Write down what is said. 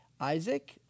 Isaac